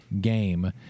game